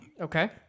Okay